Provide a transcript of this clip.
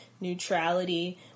neutrality